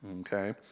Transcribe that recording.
okay